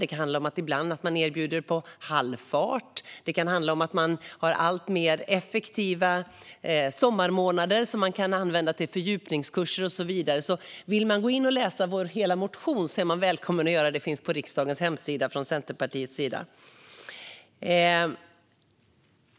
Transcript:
Det kan handla om att man ibland erbjuder utbildning på halvfart. Det kan handla om att man har alltmer effektiva sommarmånader som man kan använda till fördjupningskurser och så vidare. Vill man gå in och läsa hela vår motion är man välkommen att göra det. Den motionen från Centerpartiet finns på riksdagens hemsida.